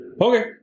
Okay